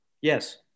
yes